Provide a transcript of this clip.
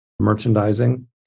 merchandising